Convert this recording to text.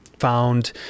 found